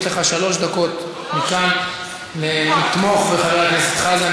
יש לך שלוש דקות מכאן לתמוך בחבר הכנסת חזן,